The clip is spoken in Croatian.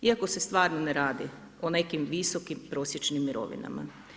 Iako se stvarno ne radi o nekim visoko prosječnim mirovinama.